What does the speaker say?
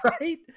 Right